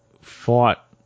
fought